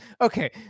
okay